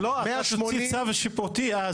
180 --- צו שיפוטי.